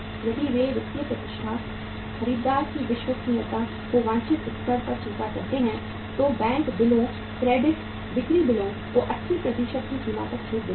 यदि वे वित्तीय प्रतिष्ठा खरीदार की विश्वसनीयता को वांछित स्तर तक स्वीकार करते हैं तो बैंक बिलों क्रेडिट बिक्री बिलों को 80 की सीमा तक छूट देते हैं